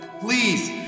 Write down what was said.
Please